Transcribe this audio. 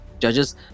Judges